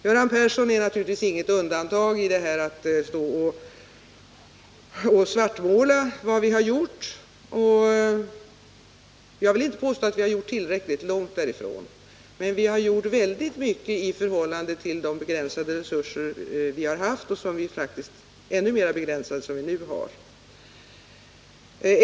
Göran Persson utgör naturligtvis inget undantag när det gäller att svartmåla vad regeringen har gjort. Jag vill inte påstå att vi har gjort tillräckligt — långt därifrån. Men vi har gjort oerhört mycket i förhållande till de begränsade resurser vi har haft och de ännu mer begränsade resurser som vi nu har.